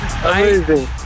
Amazing